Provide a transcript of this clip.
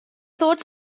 ddod